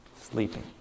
sleeping